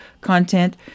content